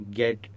get